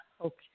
Okay